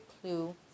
clue